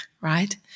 right